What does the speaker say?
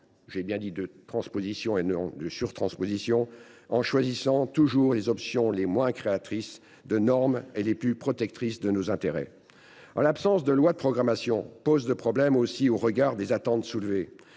cet exercice de transposition – et non pas de surtransposition –, en choisissant toujours les options les moins créatrices de normes et les plus protectrices de nos intérêts. L’absence de loi de programmation pose par ailleurs problème au regard des attentes soulevées.